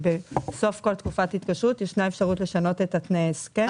בסוף כל תקופת התקשרות ישנה אפשרות לשנות את תנאי ההסכם.